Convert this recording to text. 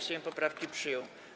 Sejm poprawki przyjął.